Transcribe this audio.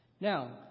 Now